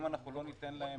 אם לא ניתן להם